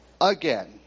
again